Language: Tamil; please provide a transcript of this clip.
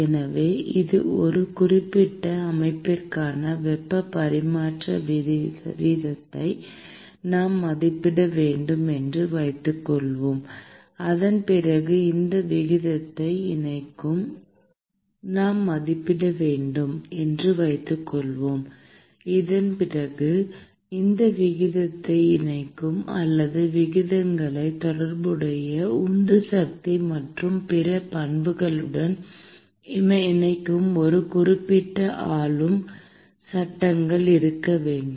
எனவே ஒரு குறிப்பிட்ட அமைப்பிற்கான வெப்பப் பரிமாற்ற வீதத்தை நான் மதிப்பிட வேண்டும் என்று வைத்துக்கொள்வோம் அதன் பிறகு அந்த விகிதத்தை இணைக்கும் அல்லது விகிதங்களை தொடர்புடைய உந்து சக்தி மற்றும் பிற பண்புகளுடன் இணைக்கும் ஒரு குறிப்பிட்ட ஆளும் சட்டங்கள் இருக்க வேண்டும்